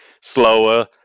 slower